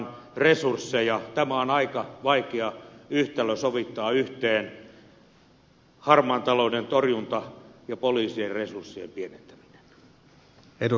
tämä on aika vaikea yhtälö sovittaa yhteen harmaan talouden torjunta ja poliisien resurssien pienentäminen